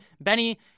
Benny